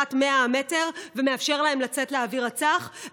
ממגבלת 100 המטר ומאפשר להם לצאת לאוויר הצח,